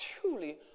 truly